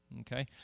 okay